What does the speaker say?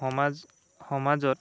সমাজ সমাজত